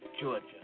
Georgia